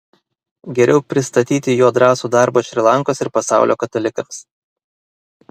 geriau pristatyti jo drąsų darbą šri lankos ir pasaulio katalikams